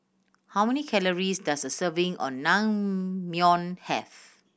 how many calories does a serving of Naengmyeon have